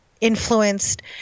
influenced